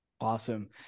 Awesome